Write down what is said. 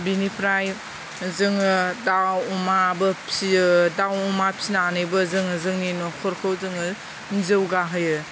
बेनिफ्राय जोङो दाउ अमाबो फिसियो दाउ अमा फिसिनानैबो जोङो जोंनि न'खरखौ जोङो जौगाहोयो